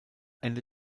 ende